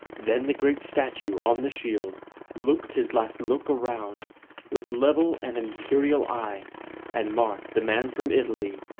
then the great statue on the shield looked his last look around with level and imperial eye and mark, the man from italy,